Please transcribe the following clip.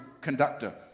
conductor